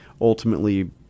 ultimately